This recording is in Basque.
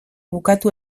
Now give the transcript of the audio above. bukatu